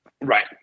Right